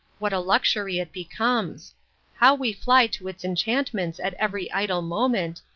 what a luxury it becomes how we fly to its enchantments at every idle moment,